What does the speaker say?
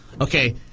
Okay